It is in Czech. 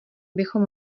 bychom